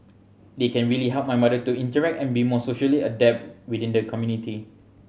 they can really help my mother to interact and be more socially adept within the community